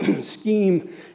scheme